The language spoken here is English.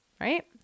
right